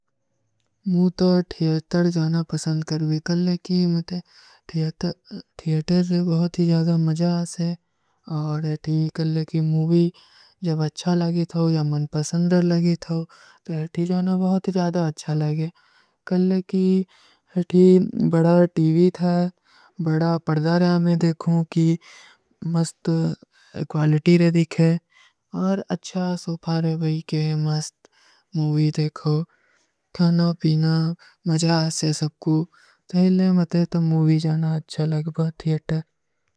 ମୂତୋ ଥିଯେଟର ଜାନା ପସଂଦ କର ଭୀ କଲକୀ ମତେ ଥିଯେଟର ବହୁତ ଜାଦା ମଜ ସେ ଔର ଅଥୀ କଲକୀ ମୂଵୀ ଜବ। ଅଚ୍ଛା ଲଗୀ ଥୋ ଯା ମନପସଂଦର ଲଗୀ ଥୋ ତୋ ଅଥୀ ଜାନା ବହୁତ ଜାଦା ଅଚ୍ଛା ଲଗେ କଲକୀ ଅଥୀ ବଡ ଟୀଵୀ ଥା ବଡ ପରଦା ରହା ମେଂ ଦେଖୋଂ କି ମସ୍ତ କ୍ଵାଲିଟୀ। ରହେ ଦେଖେ ଔର ଅଚ୍ଛା ସୋପା ରହେ ଭୀ କି ମସ୍ତ ମୂଵୀ ଦେଖୋ ଖାନା ପୀନା ମଜ ସେ ସବକୂ ତହୀଲେ ମତେ ତୋ ମୂଵୀ ଜାନା ଅଚ୍ଛା ଲଗବା ଥିଯେଟର।